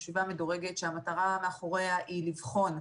חשיבה מדורגת שהמטרה מאחוריה היא לבחון,